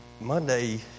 Monday